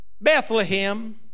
Bethlehem